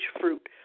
fruit